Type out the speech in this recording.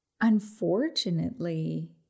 unfortunately